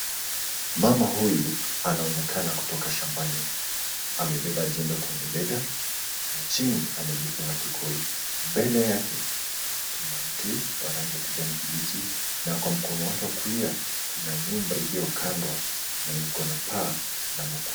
Mama huyu anaonekana kutoka shambani, amebeba jembe kwenye bega na chini amejifunga kikoi. Mbele yake kuna mti wa rangi ya kijani kibichi na kwa mkono wake wa kulia kuna nyumba iliyokandwa na iko na paa la makuti.